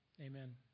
Amen